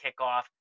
kickoff